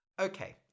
Okay